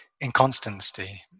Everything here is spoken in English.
inconstancy